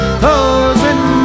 closing